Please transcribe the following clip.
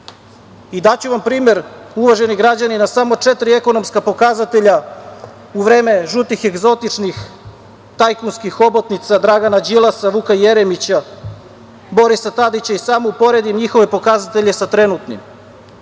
i daću vam primer, uvaženi građani, na samo četiri ekonomska pokazatelja u vreme žutih egzotičnih tajkunskih hobotnica Dragana Đilasa, Vuka Jeremića, Borisa Tadića i samo bih uporedio njihove pokazatelja sa trenutnim. Kapitalne